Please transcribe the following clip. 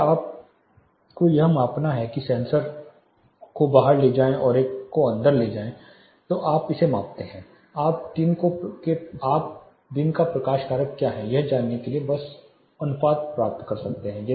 यदि आपको यह मापना है कि एक सेंसर को बाहर ले जाएं और एक को अंदर ले जाएं तो आप इसे मापते हैं आप दिन का प्रकाश कारक क्या है यह जानने के लिए बस अनुपात प्राप्त कर सकते हैं